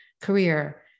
career